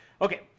Okay